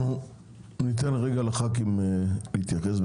אנחנו ניתן רגע לחברי הכנסת להתייחס בקצרה.